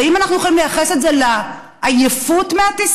אז האם אנחנו יכולים לייחס את זה לעייפות מהטיסה